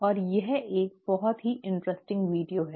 और यह एक बहुत ही दिलचस्प वीडियो है